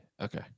Okay